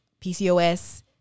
PCOS